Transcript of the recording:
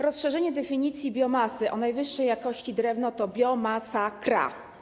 Rozszerzenie definicji biomasy o najwyższej jakości drewno to biomasakra.